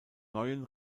neuen